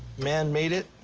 man made it,